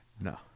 No